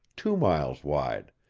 two miles wide,